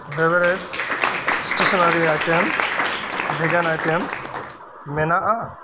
beverage stationery item ᱵᱷᱮᱜᱟᱱ item ᱢᱮᱱᱟᱜᱼᱟ